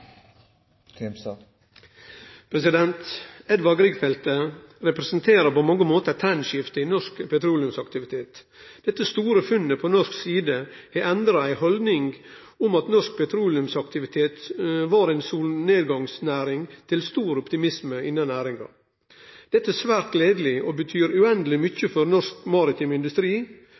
over. Edvard Grieg-feltet representerer på mange måtar eit trendskifte i norsk petroleumsaktivitet. Dette store funnet på norsk side har endra ei holdning om at norsk petroleumsaktivitet var ei solnedgangsnæring, til stor optimisme innan næringa. Dette er svært gledeleg og betyr uendeleg mykje for norsk maritim industri,